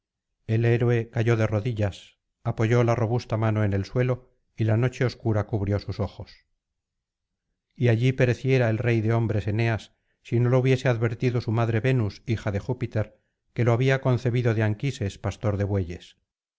el héroe cayó de rodillas apoyó la robusta mano en el suelo y la noche obscura cubrió sus ojos y allí pereciera el rey de hombres eneas si no lo hubiese advertido su madre venus hija de júpiter que lo había concebido de anquises pastor de bueyes